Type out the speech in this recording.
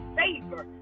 favor